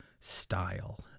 style